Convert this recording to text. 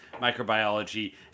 microbiology